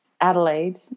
Adelaide